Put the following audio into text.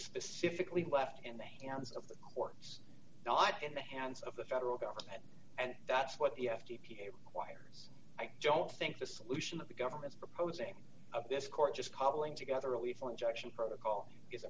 specifically left in the hands of the courts not in the hands of the federal government and that's what the f t p requires i don't think the solution that the government's proposing this court just cobbling together a lethal injection protocol is